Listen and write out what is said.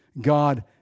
God